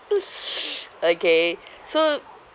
okay so